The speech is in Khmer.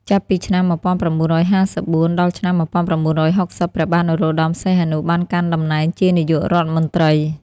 ចាប់ពីឆ្នាំ ១៩៥៤ ដល់ឆ្នាំ ១៩៦០ ព្រះបាទ នរោត្តម សីហនុ បានកាន់តំណែងជានាយករដ្ឋមន្ត្រី។